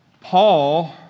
Paul